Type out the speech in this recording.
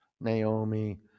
Naomi